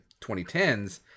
2010s